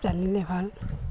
জানিলে ভাল